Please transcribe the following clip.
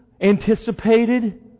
anticipated